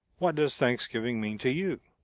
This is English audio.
what does thanksgiving mean to you?